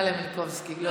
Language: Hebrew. מלינובסקי.